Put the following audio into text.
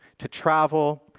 to travel,